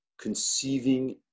conceiving